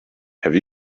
have